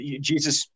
Jesus